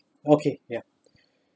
okay yup